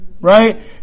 right